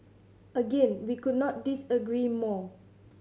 again we could not disagree more